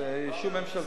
זה אישור ממשלתי.